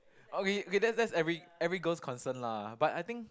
okay okay that's that's every every girl's concern lah but I think